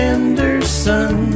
Anderson